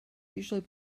usually